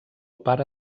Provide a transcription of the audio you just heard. pare